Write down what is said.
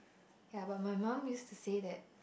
ya but my mum used to say that